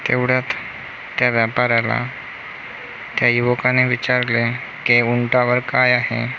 तेवढ्यात त्या व्यापाऱ्याला त्या युवकाने विचारले की उंटावर काय आहे